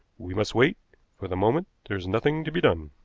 we must wait for the moment there is nothing to be done.